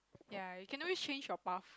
ya you can always change your path